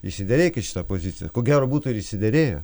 išsiderėkit šitą poziciją ko gero būtų ir išsiderėję